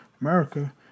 America